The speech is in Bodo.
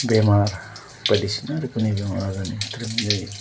बेमार बायदिसिना रोखोमनि बेमार आजारनि ट्रिटमेन्ट जायो